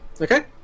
Okay